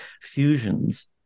fusions